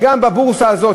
גם בבורסה הזאת,